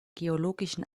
geologischen